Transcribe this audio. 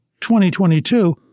2022